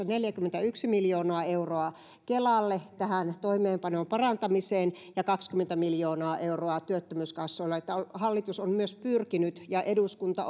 neljäkymmentäyksi miljoonaa euroa kelalle toimeenpanon parantamiseen ja kaksikymmentä miljoonaa euroa työttömyyskassoille eli hallitus on myös pyrkinyt ja eduskunta